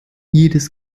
jedes